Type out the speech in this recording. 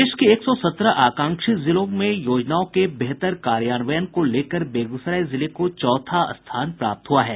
देश के एक सौ सत्रह आकांक्षी जिलों में योजनाओं के बेहतर कार्यान्वयन को लेकर बेगूसराय जिले को चौथा स्थान प्राप्त हुआ है